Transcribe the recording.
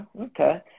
okay